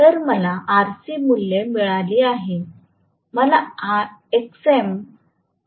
तर मला Rc मूल्ये मिळाली आहे मला Xm मूल्ये मिळाली आहे